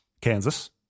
Kansas